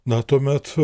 na tuomet